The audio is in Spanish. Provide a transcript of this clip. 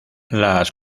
las